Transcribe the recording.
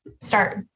start